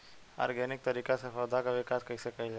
Organic तरीका से पौधा क विकास कइसे कईल जाला?